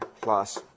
plus